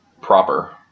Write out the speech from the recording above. proper